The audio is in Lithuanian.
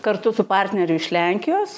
kartu su partneriu iš lenkijos